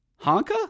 Honka